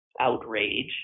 outrage